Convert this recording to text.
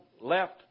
left